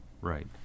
Right